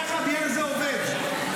ככה הבניין הזה עובד.